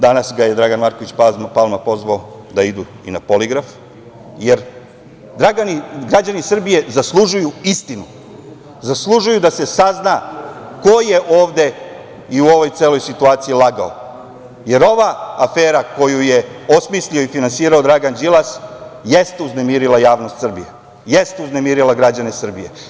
Danas ga je Dragan Marković Palma pozvao da idu i na poligraf, jer građani Srbije zaslužuju istinu, zaslužuju da se sazna ko je ovde i u ovoj celoj situaciji lagao, jer ova afera koju je osmislio i finansirao Dragan Đilas jeste uznemirila javnost Srbije, jeste uznemirila građane Srbije.